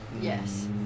Yes